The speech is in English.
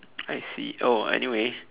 I see oh anyway